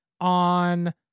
on